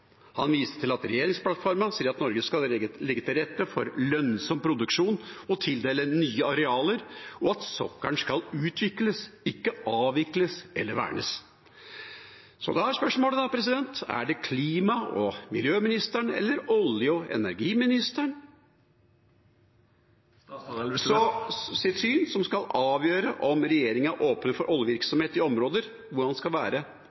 Han viste til at regjeringsplattformen sier at Norge skal «legge til rette for lønnsom produksjon og tildele nye arealer», og at «sokkelen skal utvikles, ikke avvikles eller vernes». Så da er spørsmålet: Er det klima- og miljøministerens eller olje- og energiministerens syn som skal avgjøre om regjeringa åpner for oljevirksomhet i områder, og om den skal være